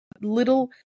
little